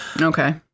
Okay